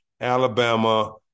Alabama